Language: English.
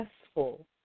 successful